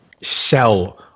sell